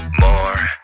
more